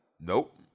Nope